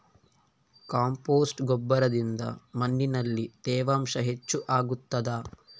Compost ಗೊಬ್ಬರದಿಂದ ಮಣ್ಣಿನಲ್ಲಿ ತೇವಾಂಶ ಹೆಚ್ಚು ಆಗುತ್ತದಾ?